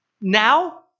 now